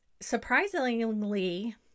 surprisingly